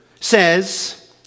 says